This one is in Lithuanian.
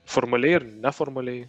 formaliai ir neformaliai